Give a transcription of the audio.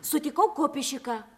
sutikau kopišiką